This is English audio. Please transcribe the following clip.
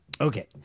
Okay